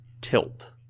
Tilt